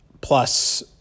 plus